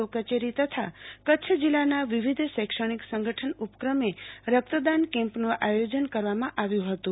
ઓ કચેરી તથા કચ્છ જિલ્લાના વિવિધ શૈક્ષણિક સંગઠન ઉપક્રમે રક્તદાન કેમ્પનું આયોજન કરવામા આવ્યુ હતું